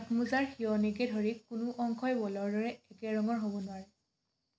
হাতমোজাৰ সীয়নিকে ধৰি কোনো অংশই বলৰ দৰে একে ৰঙৰ হ'ব নোৱাৰে